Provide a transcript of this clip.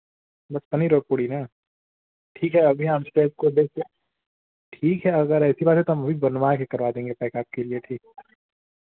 बस पनीर और पूड़ी ना ठीक है अभी हम सेफ को देकर ठीक है अगर ऐसी बात है तो हम अभी बनवा के करवा देंगे पैक आपके लिए ठीक